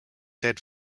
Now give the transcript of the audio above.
dead